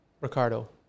Ricardo